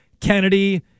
Kennedy